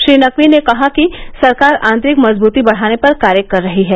श्री नकवी ने कहा कि ं सरकार आंतरिक मजबृती बढाने पर कार्य कर रही है